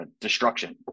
destruction